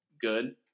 good